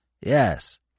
Yes